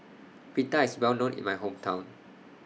Pita IS Well known in My Hometown